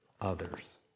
others